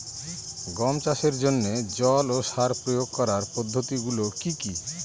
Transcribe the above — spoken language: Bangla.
গম চাষের জন্যে জল ও সার প্রয়োগ করার পদ্ধতি গুলো কি কী?